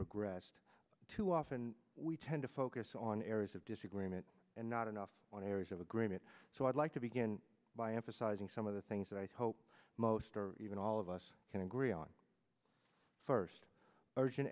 progressed too often we tend to focus on areas of disagreement and not enough on areas of agreement so i'd like to begin by emphasizing some of the things that i hope most or even all of us can agree on first urgent